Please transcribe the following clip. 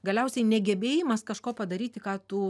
galiausiai negebėjimas kažko padaryti ką tu